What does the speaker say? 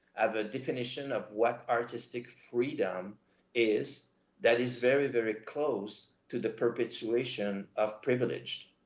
have a definition of what artistic freedom is that is very, very close to the perpetuation of privilege.